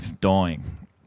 dying